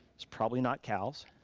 it's probably not cows.